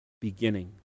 beginning